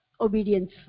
obedience